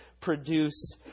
produce